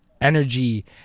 energy